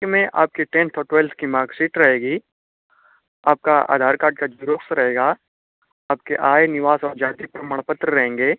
के में आपका टेन्थ और ट्वेल्थ की मार्कसीट रहेगी आपका आधार कार्ड का जीरोक्स रहेगा आपके आय निवास और जाति प्रमाण पत्र रहेंगे